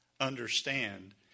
Understand